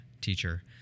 teacher